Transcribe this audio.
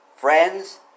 Friends